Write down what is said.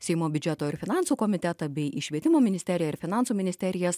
seimo biudžeto ir finansų komitetą bei į švietimo ministeriją ir finansų ministerijas